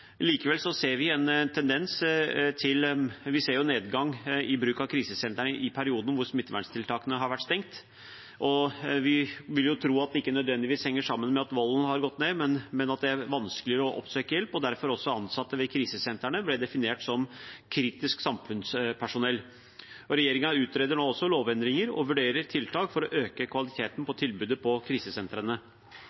Likevel ser vi en nedgang i bruk av krisesentrene i de periodene da smittevernstiltakene har vært strengest. Jeg vil tro at det ikke nødvendigvis henger sammen med at volden har gått ned, men at det er vanskeligere å oppsøke hjelp. Det er også derfor ansatte ved krisesentrene ble definert som kritisk samfunnspersonell. Regjeringen utreder nå også lovendringer og vurderer tiltak for å øke kvaliteten på